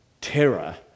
terror